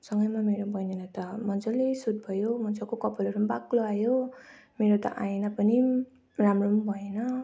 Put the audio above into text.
सँगैमा मेरो बहिनीलाई त मजाले सुट भयो मजाको कपालहरू बाक्लो आयो मेरो त आएन पनि राम्रो भएन